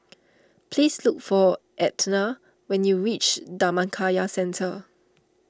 please look for Etna when you reach Dhammakaya Centre